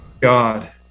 God